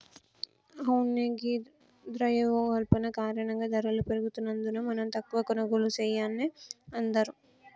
అవునే ఘీ ద్రవయోల్బణం కారణంగా ధరలు పెరుగుతున్నందున మనం తక్కువ కొనుగోళ్లు సెయాన్నే అందరూ